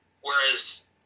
Whereas